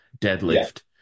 deadlift